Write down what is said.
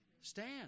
Stand